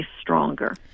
stronger